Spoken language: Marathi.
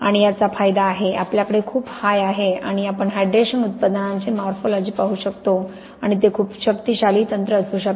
आणि याचा फायदा आहे आपल्याकडे खूप हाय आहे आणि आपण हायड्रेशन उत्पादनांचे मॉर्फोलॉजी पाहू शकतो आणि ते खूप शक्तिशाली तंत्र असू शकते